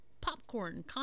popcorn